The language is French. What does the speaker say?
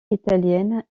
italienne